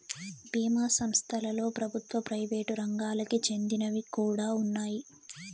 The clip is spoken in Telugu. బీమా సంస్థలలో ప్రభుత్వ, ప్రైవేట్ రంగాలకి చెందినవి కూడా ఉన్నాయి